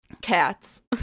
cats